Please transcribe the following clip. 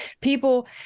people